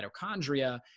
mitochondria